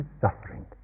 suffering